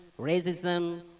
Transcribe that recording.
racism